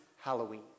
Halloween